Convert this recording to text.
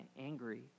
angry